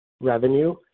revenue